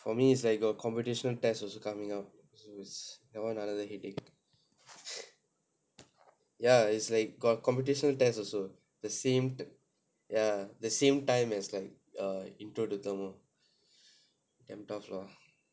for me it's like got competition tests also coming up so that one another headache ya is like got competition test also the same the ya the same time as like err intro to thermal damn tough lah